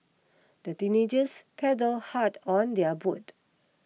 the teenagers paddle hard on their boat